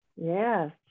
Yes